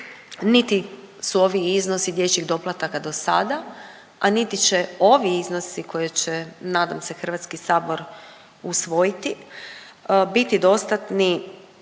niti su ovi iznosi dječjih doplataka dosada, a niti će ovi iznosi koje će nadam se HS usvojiti, biti dostatni